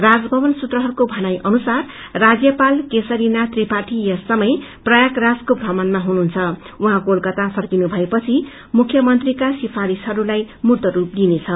राजभवन सूत्रहरूको भनाई अनुसारः राज्यपाल केशरीनाथ त्रिपाठी यस समसय प्रयागराजको भ्रमणमा हुनुहन्छ औ उहाँ कोलकाता फर्किनु भएपछि मुख्यमंत्रीको सिफारिशहरूलाइ मूर्तस्रप दिइनेछ